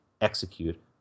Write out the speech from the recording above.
execute